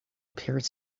appeared